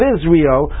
Israel